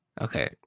Okay